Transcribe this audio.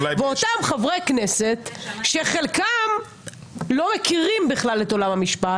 אותם חברי כנסת שחלקם לא מכירים בכלל את עולם המשפט